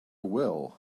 will